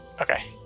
okay